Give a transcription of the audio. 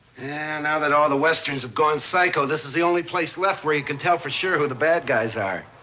and now that all the westerns have gone psycho, this is the only place left where you can tell for sure who the bad guys are.